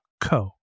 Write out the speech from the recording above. co